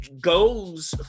goes